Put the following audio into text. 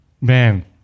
Man